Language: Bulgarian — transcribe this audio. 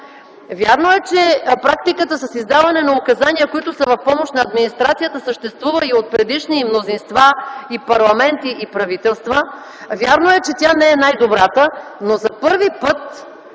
Вярно е, че практиката с издаване на указания, които са в помощ на администрацията, съществува и от предишни мнозинства, парламенти и правителства. Вярно е, че тя не е най-добрата, но за първи път